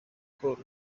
nko